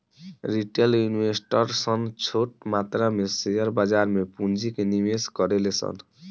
retail investor सन छोट मात्रा में शेयर बाजार में पूंजी के निवेश करेले सन